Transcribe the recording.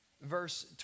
verse